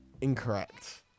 incorrect